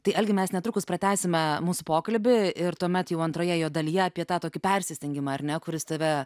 tai algi mes netrukus pratęsime mūsų pokalbį ir tuomet jau antroje jo dalyje apie tą tokį persistengimą ar ne kuris tave